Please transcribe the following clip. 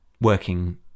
working